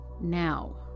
now